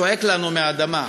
צועק לנו מהאדמה.